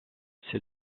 ces